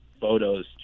photos